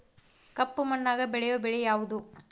ಕಪ್ಪು ಮಣ್ಣಾಗ ಬೆಳೆಯೋ ಬೆಳಿ ಯಾವುದು?